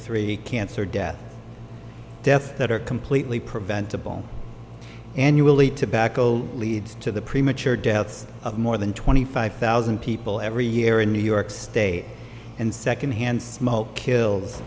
three cancer deaths death that are completely preventable annually tobacco leads to the premature deaths of more than twenty five thousand people every year in new york state and secondhand smoke kills